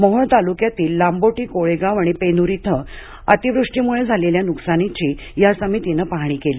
मोहोळ तालुक्यातील लांबोटी कोळेगाव आणि पेनूर इथं अतिवृष्टीमुळे झालेल्या नुकसानाची या समितीनं पाहणी केली